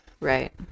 Right